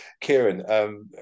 Kieran